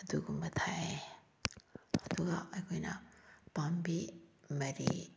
ꯑꯗꯨꯒꯨꯝꯕ ꯊꯥꯏꯌꯦ ꯑꯗꯨꯒ ꯑꯩꯈꯣꯏꯅ ꯄꯥꯝꯕꯤ ꯃꯔꯤ